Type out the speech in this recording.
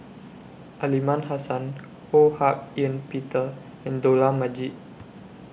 Aliman Hassan Ho Hak Ean Peter and Dollah Majid